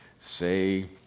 say